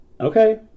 Okay